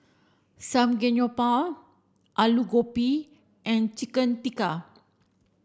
Samgeyopsal Alu Gobi and Chicken Tikka